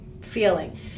feeling